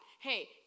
Hey